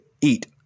eat